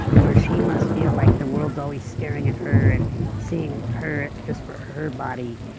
or she must feel like the world's always staring at her and seeing her just for her body.